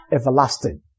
everlasting